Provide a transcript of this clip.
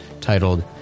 titled